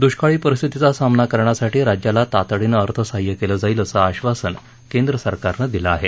दुष्काळी परिस्थितीचा सामना करण्यासाठी राज्याला तातडीनं अर्थसहाय्य केलं जाईल असं आश्वासन केंद्र सरकारनं दिलं आहे